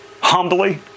humbly